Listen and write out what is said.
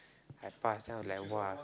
I pass then I like !wah!